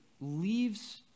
leaves